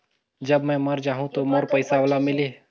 जब मै मर जाहूं तो मोर पइसा ओला मिली?